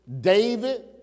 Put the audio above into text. David